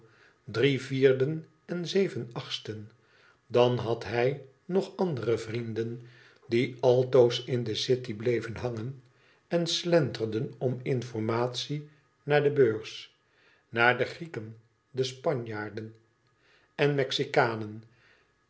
drie vierden en zeven achtsten dan had hij nog andere vrienden die altoos in de city bleven hangen en slenteren om informaties naar de beurs naar de grieken de spanjaarden mexicannen